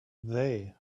they